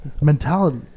mentality